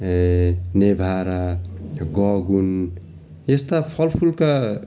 नेभारा गगुन यस्ता फल फुलका